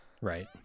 Right